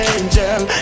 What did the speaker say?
angel